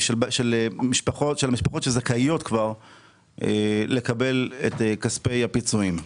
של המשפחות שזכאיות כבר לקבל את כספי הפיצויים.